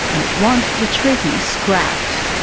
and it wants the treaty scrapped.